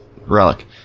Relic